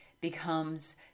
becomes